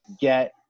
get